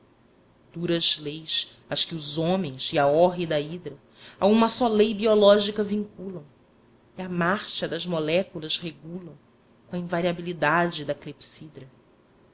duras leis as que os homens e a hórrida hidra a uma só lei biológica vinculam e a marcha das moléculas regulam com a invariabilidade da